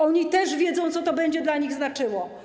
Oni też wiedzą, co to będzie dla nich znaczyło.